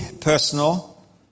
personal